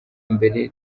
mbere